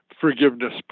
forgiveness